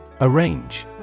Arrange